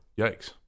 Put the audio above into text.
Yikes